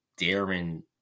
Darren